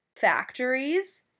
factories-